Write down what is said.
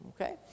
Okay